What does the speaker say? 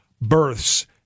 births